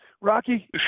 Rocky